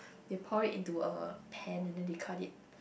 they pour in into a pan and then they cut it